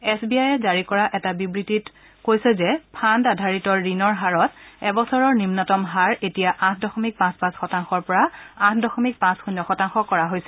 S B I এ জাৰি কৰা এটা বিবৃতিত কৈছে যে ফাণ্ড আধাৰিত ঋণ হাৰত এবছৰৰ নিম্নতম হাৰ এতিয়া আঠ দশমিক পাঁচ পাঁচ শতাংশৰ পৰা আঠ দশমিক পাঁচ শূণ্য শতাংশ কৰা হৈছে